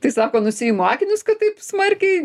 tai sako nusiimu akinius kad taip smarkiai